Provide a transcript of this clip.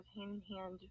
hand-in-hand